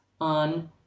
on